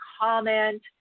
comment